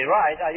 right